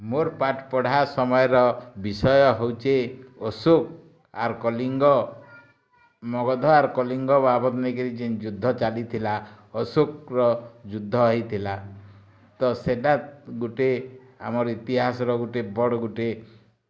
ମୋର୍ ପାଠ୍ ପଢ଼ା ସମୟର ବିଷୟ ହୋଉଚି ଓଷୁ ଆର୍ କଲିଙ୍ଗ ନବଦ୍ଵାର୍ କଲିଙ୍ଗ ବାବଦ ନେଇକିରି ଯେନ୍ ଯୁଦ୍ଧ ଚାଲିଥିଲା ଅଶୋକ୍ର ଯୁଦ୍ଧ ହୋଇଥିଲା ତ ସେଟା ଗୁଟେ ଆମର୍ ଇତିହାସର ଗୁଟେ ବଡ଼୍ ଗୁଟେ